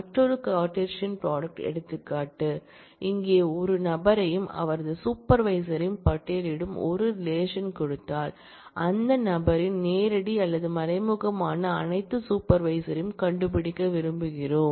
மற்றொரு Cartesian product எடுத்துக்காட்டு இங்கே ஒரு நபரையும் அவரது சூப்பர்வைசரையும் பட்டியலிடும் ஒரு ரிலேஷன் கொடுத்தால் அந்த நபரின் நேரடி அல்லது மறைமுகமான அனைத்து சூப்பர்வைசரையும் கண்டுபிடிக்க விரும்புகிறோம்